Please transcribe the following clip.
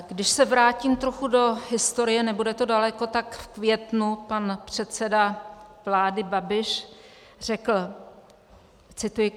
Když se vrátím trochu do historie, nebude to daleko, tak v květnu pan předseda vlády Babiš řekl, cituji: